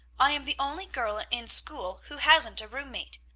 i am the only girl in school who hasn't a room-mate.